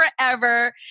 forever